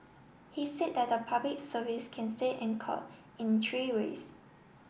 he said that the Public Service can stay anchored in three ways